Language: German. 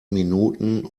minuten